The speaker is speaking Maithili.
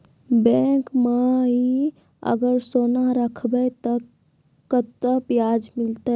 बैंक माई अगर सोना राखबै ते कतो ब्याज मिलाते?